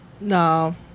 No